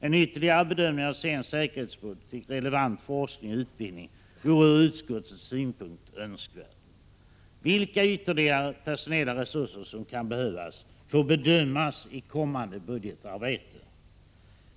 En ytterligare betoning av för svensk säkerhetspolitik relevant forskning och utbildning vore ur utskottets synpunkt önskvärd. Vilka ytterligare personella resurser som kan behövas får bedömas i kommande budgetarbete.